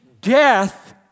death